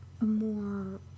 more